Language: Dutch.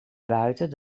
buiten